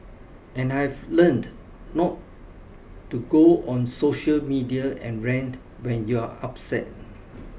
and I've learnt not to go on social media and rant when you're upset